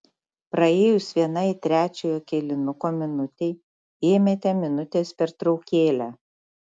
praėjus vienai trečiojo kėlinuko minutei ėmėte minutės pertraukėlę